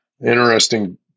Interesting